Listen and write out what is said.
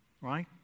Right